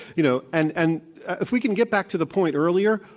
you know and and if we can get back to the point earlier,